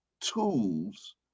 tools